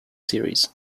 series